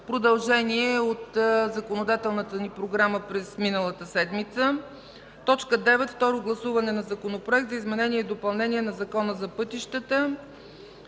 Продължение от законодателните ни програма през изминалата седмица. 9. Второ гласуване на Законопроекта за изменение и допълнение на Закона за пътищата.